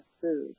food